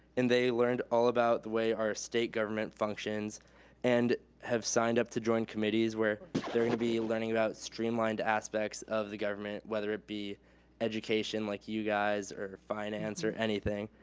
and they learned all about the way our state government functions and have signed up to join committees where they are gonna be learning about streamline aspects of the government, whether it be education, like you guys, or finance or anything.